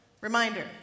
reminder